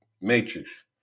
Matrix